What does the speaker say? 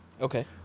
Okay